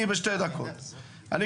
בשתי דקות,